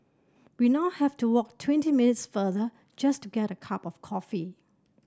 we now have to walk twenty minutes farther just to get a cup of coffee